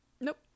Nope